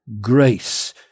grace